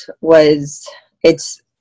was—it's